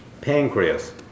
pancreas